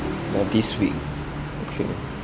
oh this week okay